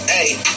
Hey